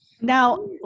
now